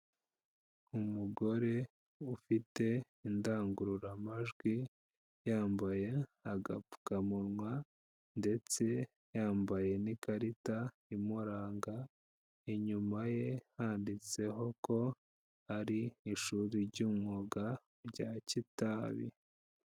Umugore ufite indangururamajwi yambaye agapfukamunwa ndetse yambaye n'ikarita imuranga inyuma ye handitseho ko ari ishuri ry'umwuga rya Kitabi.